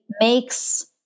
makes